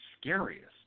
Scariest